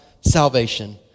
salvation